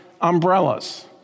umbrellas